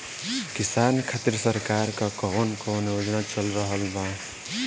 किसान खातिर सरकार क कवन कवन योजना चल रहल बा?